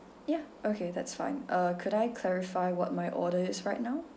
ya okay that's fine uh could I clarify what my order is right now